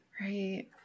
Right